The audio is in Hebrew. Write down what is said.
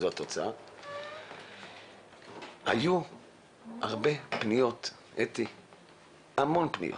היו הרבה פניות, המון פניות